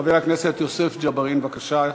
חבר הכנסת יוסף ג'בארין, בבקשה.